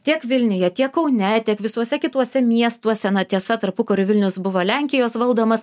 tiek vilniuje tiek kaune tiek visuose kituose miestuose na tiesa tarpukariu vilnius buvo lenkijos valdomas